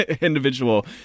individual